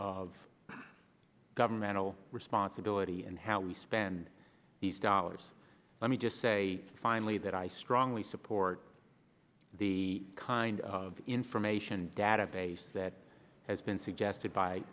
of governor no responsibility and how we spend these dollars let me just say finally that i strongly support the kind of information database that has been suggested by